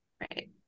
right